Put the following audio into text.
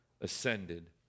ascended